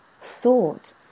thought